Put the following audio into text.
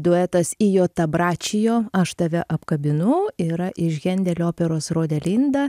duetas io t abbraccio aš tave apkabinu yra iš hendelio operos rodelinda